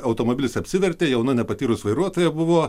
automobilis apsivertė jauna nepatyrusi vairuotoja buvo